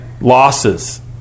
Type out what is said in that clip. Losses